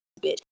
bitch